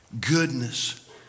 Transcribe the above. goodness